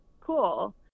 cool